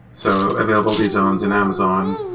so availability zones in amazon.